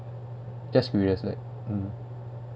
just curious right mm